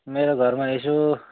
मेरो घरमा यसो